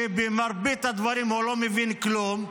שבמרבית הדברים הוא לא מבין כלום.